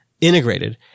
integrated